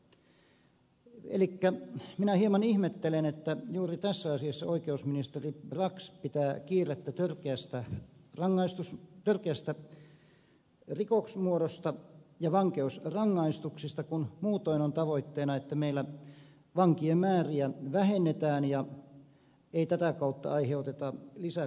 elikkä minä hieman ihmettelen että juuri tässä asiassa oikeusministeri brax pitää kiirettä törkeästä rikosmuodosta ja vankeusrangaistuksesta kun muutoin on tavoitteena että meillä vankien määriä vähennetään ja ei tätä kautta aiheuteta lisäkuluja